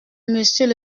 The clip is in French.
monsieur